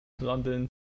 London